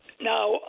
Now